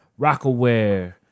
Rockaware